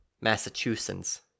Massachusetts